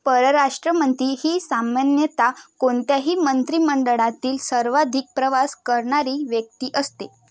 परराष्ट्र मंत्री ही सामान्यतः कोणत्याही मंत्री मंडळातील सर्वाधिक प्रवास करणारी व्यक्ती असते